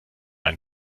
ein